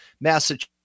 Massachusetts